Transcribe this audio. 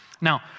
Now